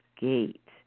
gate